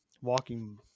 walking